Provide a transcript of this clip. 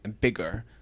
bigger